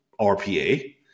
RPA